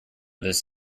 this